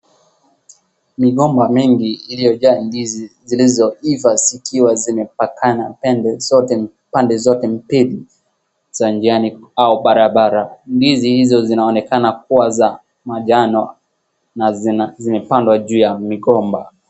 Migomba mingi iliojaa ndizi zilizoiva zikiwa zimepakana pande zote mbili za njiani au barabara. Ndizi hizo zinaonekana kuwa za manjano na zimepandwa juu ya migomba.